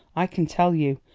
i can tell you,